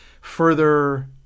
further